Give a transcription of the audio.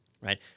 right